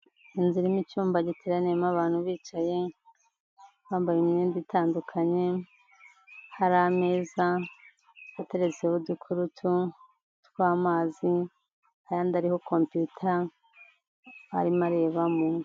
Inzu irimo icyumba giteraniyemo abantu bicaye bambaye imyenda itandukanye hari ameza ateretseho udukurutu twamazi andi ariho kompiyuta arimo areba .